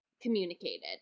communicated